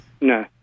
No